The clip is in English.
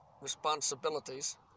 responsibilities